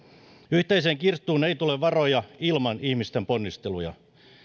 yhteiseen kirstuun ei tule varoja ilman ihmisten ponnisteluja